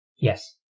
Yes